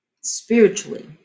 Spiritually